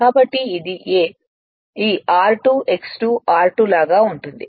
కాబట్టి ఇది ఈ r2 X 2 r2 లాగా ఉంటుంది